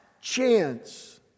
chance